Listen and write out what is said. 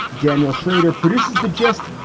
daniel shrader produces the gist.